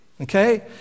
Okay